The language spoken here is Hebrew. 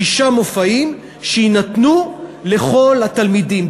שישה מופעים שיינתנו לכל התלמידים,